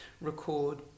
record